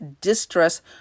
distress